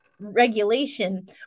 regulation